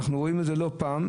אנחנו רואים לא פעם,